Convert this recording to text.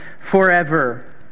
forever